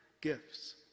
gifts